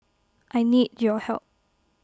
I need your help